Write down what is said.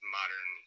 modern